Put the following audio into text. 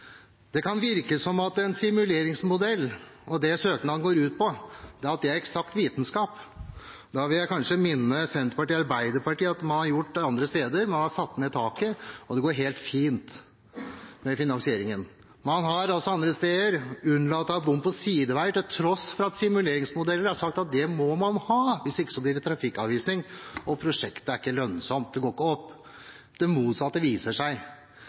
Det kan virke som at en simuleringsmodell og det søknaden går ut på, er eksakt vitenskap. Da vil jeg minne Senterpartiet og Arbeiderpartiet om det man har gjort andre steder. Man har satt ned taket, og det går helt fint med finansieringen. Man har altså andre steder unnlatt å ha bom på sideveier, til tross for at simuleringsmodeller har sagt at det må man ha, hvis ikke blir det trafikkavvisning, og prosjektet er ikke lønnsomt, det går ikke opp. Det motsatte viser seg